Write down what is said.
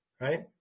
right